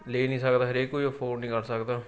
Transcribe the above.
ਲੈ ਨਹੀਂ ਸਕਦਾ ਹਰੇਕ ਕੋਈ ਅਫੋਰਡ ਨਹੀਂ ਕਰ ਸਕਦਾ